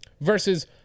versus